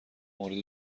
مورد